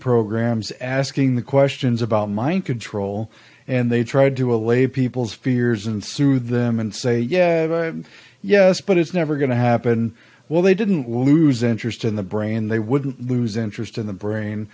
programs asking the questions about mind control and they tried to allay people's fears and soothe them and say yeah yes but it's never going to happen well they didn't lose interest in the brain they would lose interest in the brain